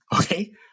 Okay